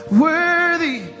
Worthy